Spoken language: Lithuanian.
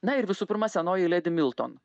na ir visų pirma senoji ledi milton